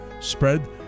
spread